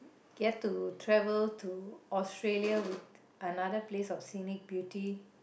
get to travel to Australia with another place of scenic beauty